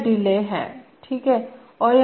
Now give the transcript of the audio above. यह डिले हैं ठीक है